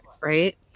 right